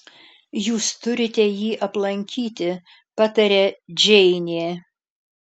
jūs turite jį aplankyti pataria džeinė